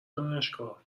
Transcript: دانشگاه